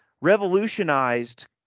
revolutionized